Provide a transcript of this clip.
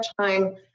time